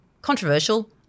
controversial